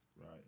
Right